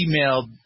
emailed